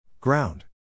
Ground